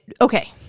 Okay